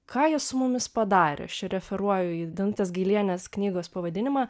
ką jie su mumis padarė aš čia referuoju įdanutės gailienės knygos pavadinimą